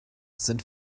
sind